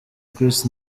chris